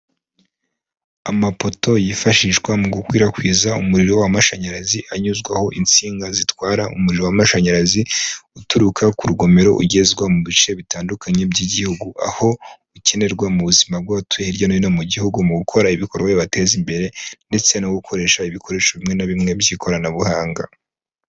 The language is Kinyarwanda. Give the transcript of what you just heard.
Amapoto yifashishwa mu gukwirakwiza umuriro w'amashanyarazi anyuzwaho insinga zitwara umuriro w'amashanyarazi uturuka ku rugomero ugezwa mu bice bitandukanye by'igihugu, aho ukenerwa mu buzima bw'abatuye hirya no hino mu gihugu mu gukora ibikorwa bibateza imbere ndetse no gukoresha ibikoresho bimwe na bimwe by'ikoranabuhanga.